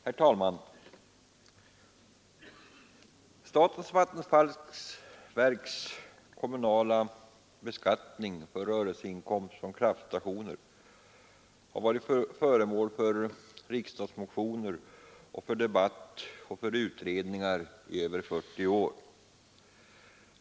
Herr talman! Statens vattenfallsverks kommunala beskattning av rörelseinkomst från kraftstationer har varit föremål för motioner, debatt och utredningar i över 40 år.